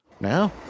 Now